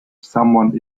someone